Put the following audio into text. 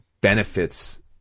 benefits